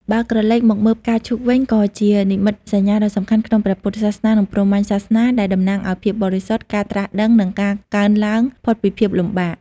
បើក្រឡេកមកមើលផ្កាឈូកវិញ ក៏ជានិមិត្តសញ្ញាដ៏សំខាន់ក្នុងព្រះពុទ្ធសាសនា និងព្រហ្មញ្ញសាសនា ដែលតំណាងឱ្យ ភាពបរិសុទ្ធ ការត្រាស់ដឹង និងការកើនឡើងផុតពីភាពលំបាក ។